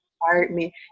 apartment